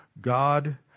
God